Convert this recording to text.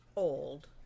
Old